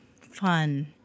fun